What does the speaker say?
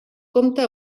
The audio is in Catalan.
compte